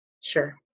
sure